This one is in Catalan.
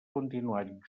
continuat